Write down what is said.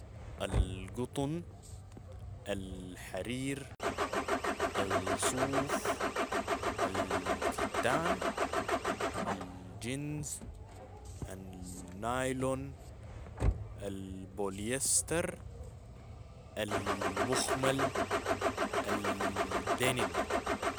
القطن، الحرير، الصوف، ال- كتان، الجنز، النيلون، البوليستر، المخمل، ال- دينم.